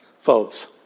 Folks